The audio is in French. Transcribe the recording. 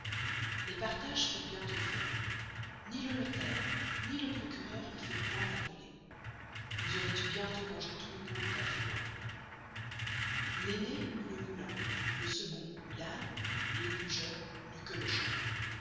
les partages furent bien-tôt faits ny le notaire ny le procureur n'y furent point appellés ils auroient eu bien tost mangé tout le pauvre patrimoine l'aisné eut le moulin le second eut l'asne et le plus jeune n'eut que le chat